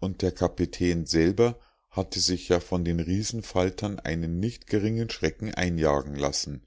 und der kapitän selber hatte sich ja von den riesenfaltern einen nicht geringen schrecken einjagen lassen